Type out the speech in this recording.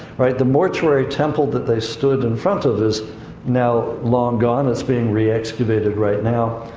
right. the mortuary temple that they stood in front of is now long gone. it's being re-excavated right now.